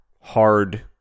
hard